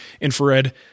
infrared